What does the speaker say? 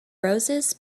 roses